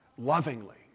lovingly